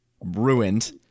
ruined